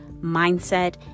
mindset